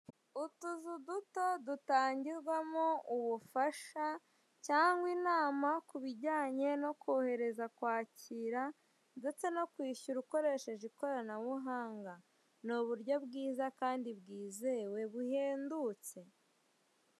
Utuzu duto dutangirwamo ubufasha cyangwa inama kubijyanye no kohereza kwakira ndetse no kwishyura ukoresheje ikoranabuhanga, n'uburyo bwiza kandi bwizewe buhendutse.